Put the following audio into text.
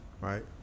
right